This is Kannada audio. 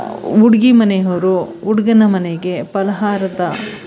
ಹುಡುಗಿ ಮನೆಯವ್ರು ಹುಡುಗನ ಮನೆಗೆ ಫಲಹಾರದ